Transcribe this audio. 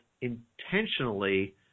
intentionally